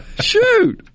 Shoot